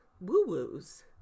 woo-woos